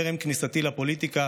טרם כניסתי לפוליטיקה,